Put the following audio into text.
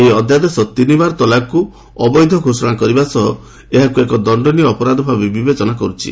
ଏହି ଅଧ୍ୟାଦେଶ ତିନିବାର ତଲାକକୁ ଅବୈଧ ଘୋଷଣା କରିବା ସହ ଏହାକୁ ଏକ ଦଶ୍ଚନୀୟ ଅପରାଧ ଭାବେ ବିବେଚନା କରୁଛି